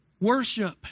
worship